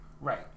right